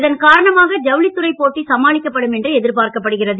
இதன் காரணமாக ஜவுளித்துறைப் போட்டி சமாளிக்கப்படும் என்று எதிர்பார்க்கப்படுகிறது